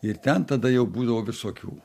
ir ten tada jau būdavo visokių